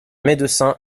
médecin